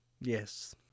Yes